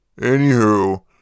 Anywho